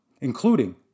including